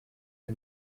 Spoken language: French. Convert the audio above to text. que